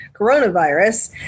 coronavirus